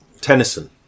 Tennyson